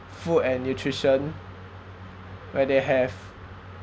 food and nutrition where they have